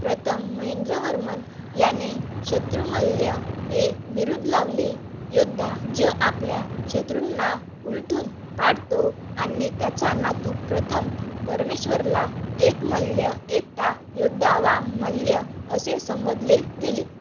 प्रथम महेंद्रवर्मन याने शत्रुमल्ल हे बिरूद लावले योद्धा जो आपल्या शत्रूंना उलथून पाडतो आणि त्याचा नातू प्रथम परमेश्वरला एकमल्ल एकटा योद्धा वा मल्ल असे संबोधले गेले